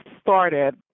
started